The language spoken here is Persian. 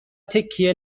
تکیه